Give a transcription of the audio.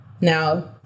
Now